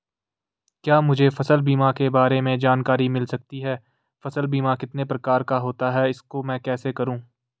क्या मुझे फसल बीमा के बारे में जानकारी मिल सकती है फसल बीमा कितने प्रकार का होता है इसको मैं कैसे करूँ?